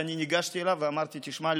וניגשתי אליו ואמרתי: תשמע,